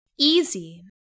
Easy